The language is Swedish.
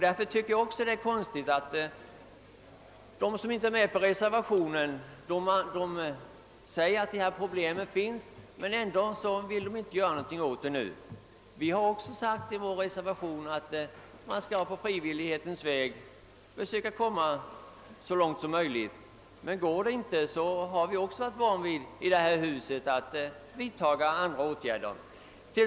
Därför förefaller det underligt att de som inte stöder reservationen medger att problemen finns men ändå inte vill göra någonting åt dem. Vi har också i vår reservation anfört att man bör söka att på frivillighetens väg komma så långt som möjligt men att man, om detta inte går, måste, vilket vi varit vana vid här i huset, vidta andra åtgärder.